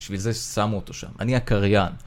בשביל זה שמו אותו שם. אני הקריין.